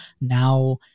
Now